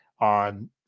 on